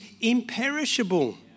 imperishable